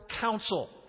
counsel